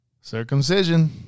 Circumcision